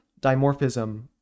dimorphism